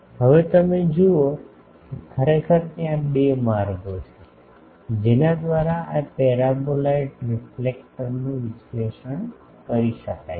હવે તમે જુઓ કે ખરેખર ત્યાં બે માર્ગો છે જેના દ્વારા આ પેરાબોલાઇડ રીફ્લેક્ટર નું વિશ્લેષણ કરી શકાય છે